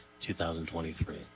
2023